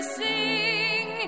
sing